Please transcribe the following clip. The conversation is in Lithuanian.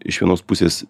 iš vienos pusės